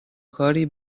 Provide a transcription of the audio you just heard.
کاری